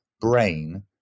brain